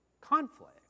Conflict